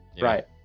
Right